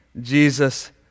Jesus